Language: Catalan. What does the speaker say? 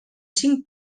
cinc